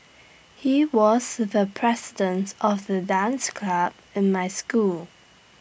he was the president of the dance club in my school